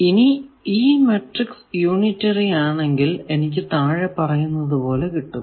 ഇനി ഈ matrix unitary ആണെങ്കിൽ എനിക്ക് താഴെ പറയുന്നത് പോലെ കിട്ടും